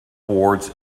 toward